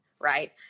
right